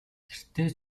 гэртээ